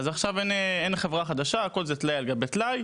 אז עכשיו אין חברה חדשה והכל זה ״טלאי על גבי טלאי״.